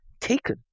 taken